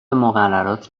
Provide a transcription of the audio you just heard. مقررات